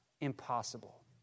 impossible